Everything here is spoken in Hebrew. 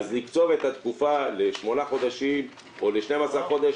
אז לקצוב את התקופה לשמונה חודשים או ל-12 חודש,